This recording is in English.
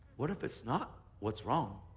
what if it's not what's wrong?